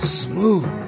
smooth